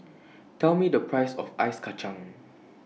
Tell Me The Price of Ice Kacang